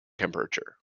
temperature